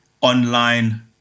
online